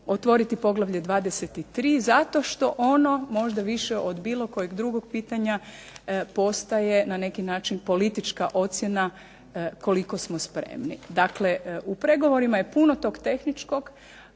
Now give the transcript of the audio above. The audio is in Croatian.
otvoriti poglavlje 23. zato što ono možda više od bilo kojeg drugog pitanja postaje na neki način politička ocjena koliko smo spremni. Dakle u pregovorima je puno tog tehničkog,